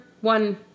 one